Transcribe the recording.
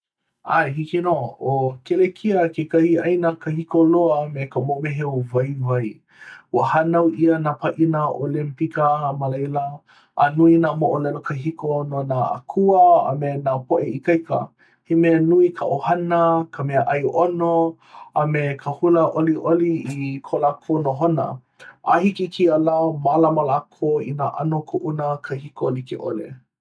ʻAe, hiki nō. ʻO Kelekia kekahi ʻāina kahiko loa me ka moʻomeheu waiwai. Ua hānau ʻia nā pāʻani Olympika ma laila, a nui nā moʻolelo kahiko no nā akua a me nā poʻe ikaika. He mea nui ka ʻohana, ka meaʻai ʻono, a me ka hula ʻoliʻoli i ko lākou nohona. A hiki i kēia lā, mālama lākou i nā ʻano kuʻuna kahiko like ʻole.